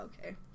Okay